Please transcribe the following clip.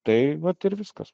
tai vat ir viskas